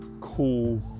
cool